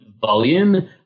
volume